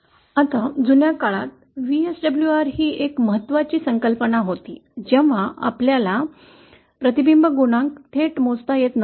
आता जुन्या काळात VSWR ही एक महत्त्वपूर्ण संकल्पना होती जेव्हा आपल्याला प्रतिबिंब गुणांक थेट मोजता येत नव्हते